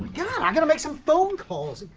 yeah i gotta make some phone calls.